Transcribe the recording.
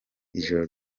ijoro